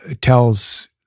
tells